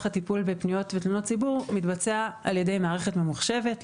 הטיפול בפניות ותלונות ציבור מתבצע על ידי מערכת ממוחשבת,